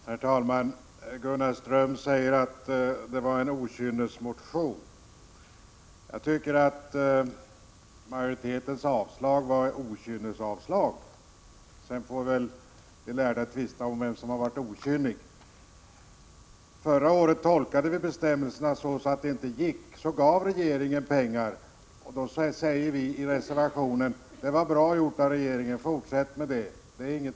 Herr talman! Gunnar Ström säger att vi har väckt en okynnesmotion. Jag tycker att majoritetens avstyrkande var ett okynnesavstyrkande. De lärda får sedan tvista om vem som har varit okynnig. Förra året tolkade vi bestämmelserna så, att det inte gick att bevilja ett statligt stöd. Sedan gav regeringen pengar till Familjehemmens riksförbund. Vi säger i reservationen att det var bra gjort av regeringen och att den bör fortsätta med denna bidragsgivning.